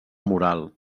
moral